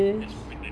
just penat